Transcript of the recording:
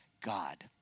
God